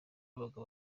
babaga